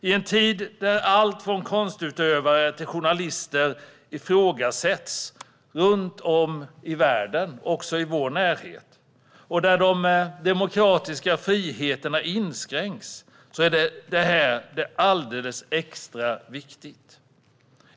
I en tid där allt från konstutövare till journalister ifrågasätts runt om i världen och också i vår närhet och de demokratiska friheterna inskränks är detta alldeles extra viktigt.